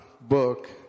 book